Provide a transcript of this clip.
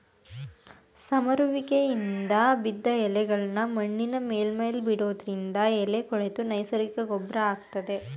ಸಮರುವಿಕೆಯಿಂದ ಬಿದ್ದ್ ಎಲೆಗಳ್ನಾ ಮಣ್ಣಿನ ಮೇಲ್ಮೈಲಿ ಬಿಡೋದ್ರಿಂದ ಎಲೆ ಕೊಳೆತು ನೈಸರ್ಗಿಕ ಗೊಬ್ರ ಆಗ್ತದೆ